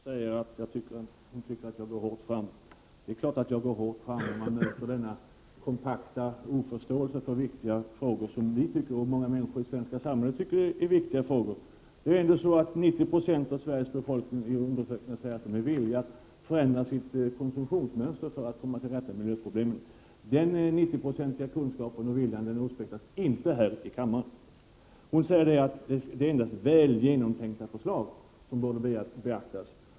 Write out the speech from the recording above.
Herr talman! Iris Mårtensson tycker att jag går hårt fram. Det är klart att jag går hårt fram när jag möter denna kompakta oförståelse för frågor som vi i miljöpartiet och många människor i det svenska samhället tycker är viktiga. Det är ju ändå så att 90 96 av Sveriges befolkning säger sig vara villiga att förändra sitt konsumtionsmönster för att komma till rätta med miljöproblemen. Den 90-procentiga kunskapen och viljan avspeglar sig inte här i kammaren. Iris Mårtensson säger att endast väl genomtänkta förslag borde beaktas.